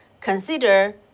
consider